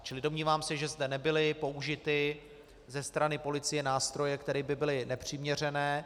Čili domnívám se, že zde nebyly použity ze strany policie nástroje, které by byly nepřiměřené.